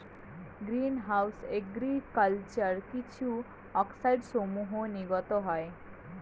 green house agriculture কিছু অক্সাইডসমূহ নির্গত হয়